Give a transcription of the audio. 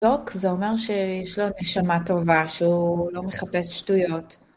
דוק זה אומר שיש לו נשמה טובה, שהוא לא מחפש שטויות.